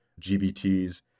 GBTs